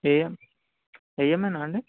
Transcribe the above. ఏఏం ఏఎంయేనా అండి